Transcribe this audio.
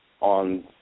on